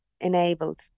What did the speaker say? enabled